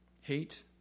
hate